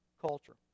culture